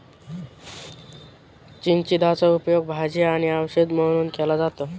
चिचिंदाचा उपयोग भाजी आणि औषध म्हणून केला जातो